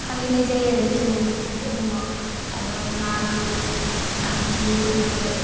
फालिनाय जायो आरो जोंनि बाथौ दोरोमाव आरो माघो आमथि फोरबो